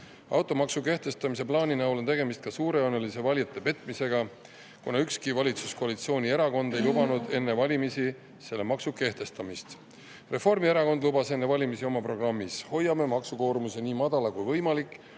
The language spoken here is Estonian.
kehtestamise plaani näol on tegemist suurejoonelise valijate petmisega, kuna ükski valitsuskoalitsiooni erakond ei lubanud enne valimisi selle maksu kehtestamist. Reformierakond lubas enne valimisi oma programmis: "Hoiame maksukoormuse nii madalal kui võimalik